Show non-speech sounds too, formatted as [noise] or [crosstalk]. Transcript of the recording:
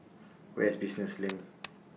Where IS Business LINK [noise]